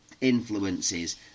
influences